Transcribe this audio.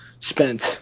spent